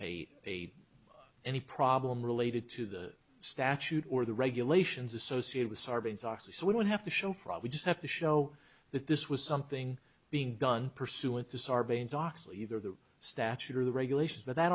a a any problem related to the statute or the regulations associated with sarbanes oxley so we don't have to show from we just have to show that this was something being done pursuant to sarbanes oxley either the statute or the regulations but that